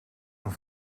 een